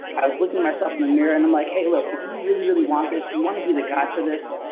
i was looking myself in the mirror and i'm like, hey, look, if you really really want this, you wanna be the guy for this,